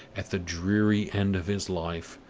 at the dreary end of his life,